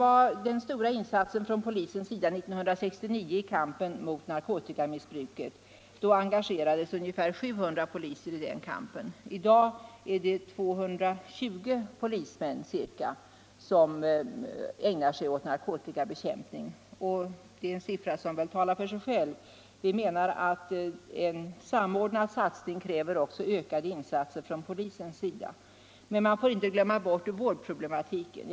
I den stora insatsen från polisen 1969 i kampen mot narkotikamissbruket engagerades ungefär 700 poliser. I dag är det ca 220 polismän som ägnar sig åt narkotikabekämpning. Det är siffror som väl talar för sig själva. Vi menar att en samordnad satsning kräver ökade åtgärder från polisens sida. Men man får inte heller glömma bort vårdproblematiken.